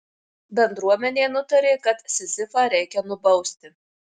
bendruomenė nutarė kad sizifą reikia nubausti